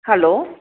hello